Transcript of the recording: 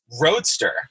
Roadster